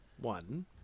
One